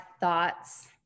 thoughts